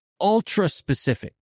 ultra-specific